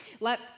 Let